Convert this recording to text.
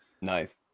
Nice